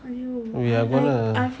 we're gonna